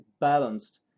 balanced